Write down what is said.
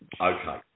Okay